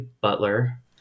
Butler